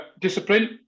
discipline